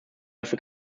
dafür